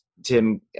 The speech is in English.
Tim